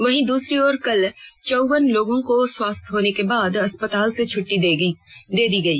वहीं दूसरी ओर कल चौवन लोगों को स्वस्थ होने के बाद अस्पतालों से छुट्टी दे दी गई